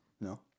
No